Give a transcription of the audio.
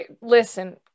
listen